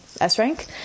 S-Rank